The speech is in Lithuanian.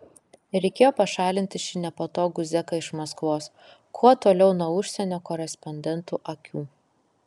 reikėjo pašalinti šį nepatogų zeką iš maskvos kuo toliau nuo užsienio korespondentų akių